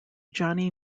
johnny